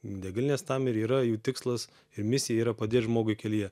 degalinės tam ir yra jų tikslas ir misija yra padėt žmogui kelyje